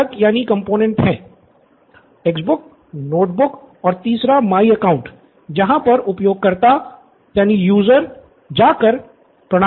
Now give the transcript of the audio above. student Siddharth textbooks notebooks और तीसरा my account मे लॉग इन कर सकता है